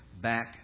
back